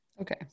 Okay